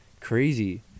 crazy